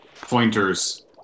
pointers